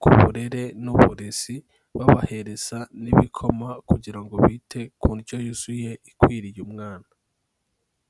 ku burere n'uburezi babahereza n'ibikoma kugira ngo bite ku ndyo yuzuye ikwiriye umwana.